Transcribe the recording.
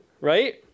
Right